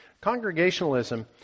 Congregationalism